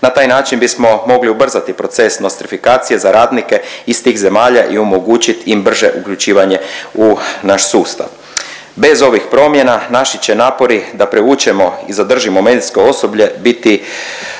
Na taj način bismo mogli ubrzati proces nostrifikacije za radnike iz tih zemalja i omogućit im brže uključivanje u naš sustav. Bez ovih promjena naši će napori da privučemo i zadržimo medicinsko osoblje biti,